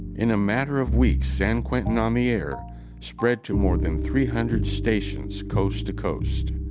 in a matter of weeks, san quentin on the air spread to more than three hundred stations coast to coast,